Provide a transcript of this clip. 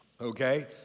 Okay